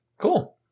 Cool